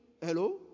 Hello